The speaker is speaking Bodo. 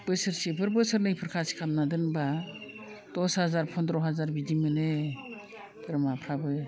बोसोरसेफोर बोसोरनैफोर खासि खालामना दोनब्ला दस हाजार पन्द्र' हाजार बिदि मोनो बोरमाफ्राबो